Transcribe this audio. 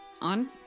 on